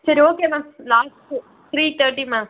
சரி okay ma'am last three thirty ma'am